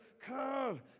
Come